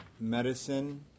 medicine